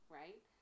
right